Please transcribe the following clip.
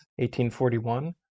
1841